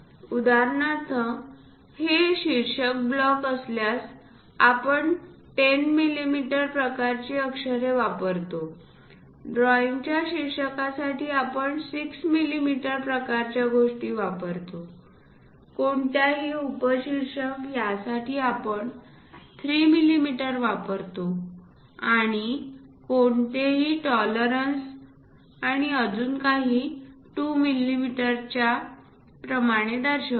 उदाहरणार्थ हे शीर्षक ब्लॉक असल्यास आपण 10 मिलिमीटर प्रकारची अक्षरे वापरतो ड्रॉइंगच्या शीर्षकासाठी आपण 6 मिलिमीटर प्रकारच्या गोष्टी वापरतो कोणत्याही उपशीर्षक यासाठी आपण 3 मिलीमीटर वापरतो आणि कोणतेही टॉलरन्स आणि अजून काहींसाठी 2 मिलिमीटर च्या प्रमाणे दर्शवतो